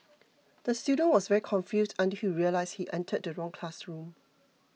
the student was very confused until he realised he entered the wrong classroom